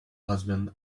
husband